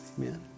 Amen